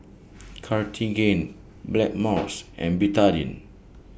Cartigain Blackmores and Betadine